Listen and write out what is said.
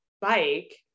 bike